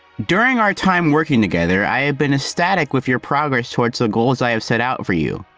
during our time working together, i have been ecstatic with your progress towards the goals i have set out for you.